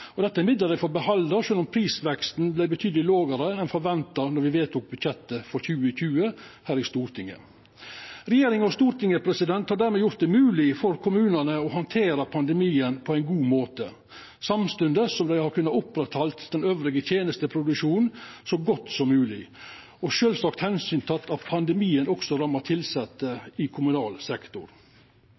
Dette er midlar dei får behalda, sjølv om prisveksten vart betydeleg lågare enn forventa då me vedtok budsjettet for 2020 her i Stortinget. Regjeringa og Stortinget har dermed gjort det mogleg for kommunane å handtera pandemien på ein god måte, samstundes som dei har kunna oppretthalda tenesteproduksjonen elles så godt som mogleg og sjølvsagt teke omsyn til at pandemien også ramma tilsette i kommunal sektor.